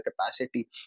capacity